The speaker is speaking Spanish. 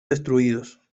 destruidos